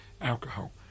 alcohol